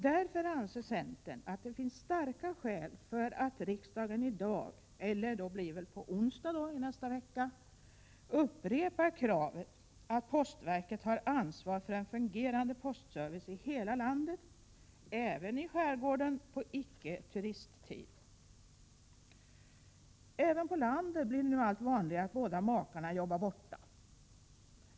Därför anser centern att det finns starka skäl för riksdagen att nu upprepa kravet att postverket har ansvar för en fungerande postservice i hela landet, även i skärgården på icke turisttid. Även på landet blir det nu allt vanligare att båda makarna jobbar borta.